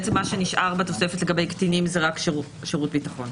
מה שנשאר בתוספת לגבי קטינים זה רק שירות ביטחון.